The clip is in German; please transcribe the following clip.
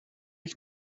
ich